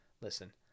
listen